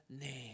name